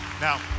Now